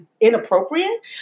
inappropriate